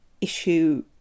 issue